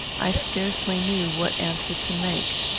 i scarcely knew what answer to make.